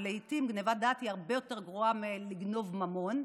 לעיתים גנבת דעת היא הרבה יותר גרועה מלגנוב ממון.